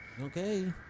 Okay